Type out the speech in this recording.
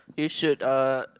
you should uh